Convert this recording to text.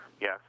Yes